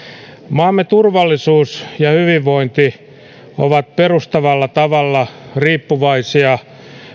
maamme turvallisuus ja hyvinvointi ovat perustavalla tavalla riippuvaisia